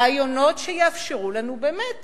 רעיונות שיאפשרו לנו באמת